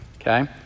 okay